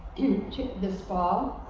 this fall.